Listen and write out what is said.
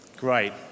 Great